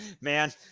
man